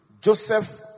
Joseph